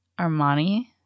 armani